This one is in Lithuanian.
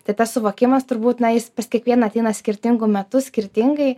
tai tas suvokimas turbūt na jis pas kiekvieną ateina skirtingu metu skirtingai